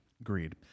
Agreed